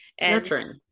nurturing